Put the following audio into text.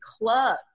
club